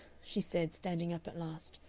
she said, standing up at last,